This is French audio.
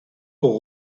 pour